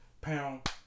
pound